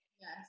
Yes